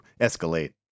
escalate